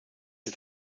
ist